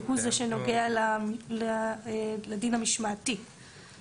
שהוא זה שנוגע לדין המשמעתי.